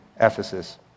Ephesus